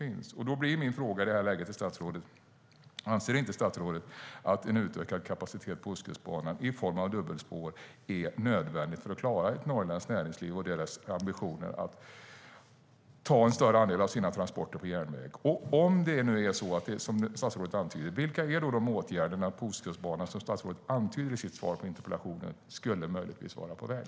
I det här läget blir min fråga till statsrådet: Anser inte statsrådet att en utökad kapacitet på Ostkustbanan i form av dubbelspår är nödvändig för att man ska klara ett norrländskt näringsliv och dess ambitioner att frakta en större andel av sina transporter på järnväg? Om det är så som statsrådet antyder, vilka är då de åtgärder på Ostkustbanan - som statsrådet antydde i sitt svar på interpellationen - som möjligtvis skulle vara på väg?